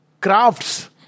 crafts